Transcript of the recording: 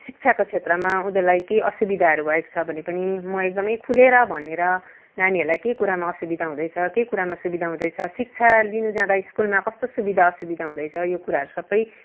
शिक्षाको क्षेत्रमा उनीहरूलाई केही असुविधाहरू भएको छ भने पनि म एकदम खुलेर भनेर नानीहरूलाई के कुरामा असुविधा हुँदैछ के कुरामा सुविधा हुँदैछ शिक्षा लिनु जाँदा स्कुलमा कस्तो सुविधा असुविधा हुँदैछ यो कुराहरू सब